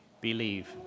believe